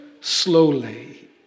slowly